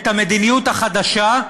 את המדיניות החדשה,